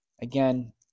Again